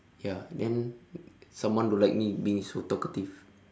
ya then someone don't like me being so talkative